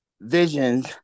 visions